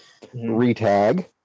Retag